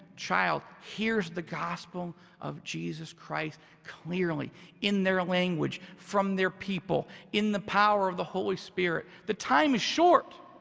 child hears the gospel of jesus christ clearly in their language, from their people, in the power of the holy spirit. the time is short.